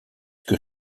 que